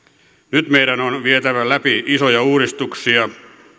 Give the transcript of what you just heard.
nyt meidän on vietävä läpi isoja uudistuksia